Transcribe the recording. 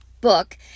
book